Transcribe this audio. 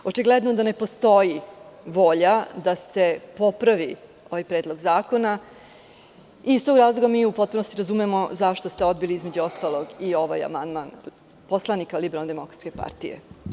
Očigledno da ne postoji volja da se popravi ovaj Predlog zakona i iz tog razloga mi u potpunosti razumemo zašto ste odbili između ostalog i ovaj amandman poslanika LDP.